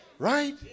right